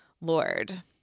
lord